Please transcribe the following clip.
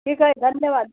ठीक आहे धन्यवाद